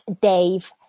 Dave